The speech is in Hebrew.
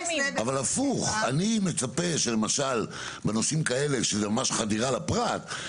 אם הייתי יכול לצמצם את זה עוד יותר,